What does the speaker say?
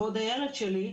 בעוד שהילד שלי,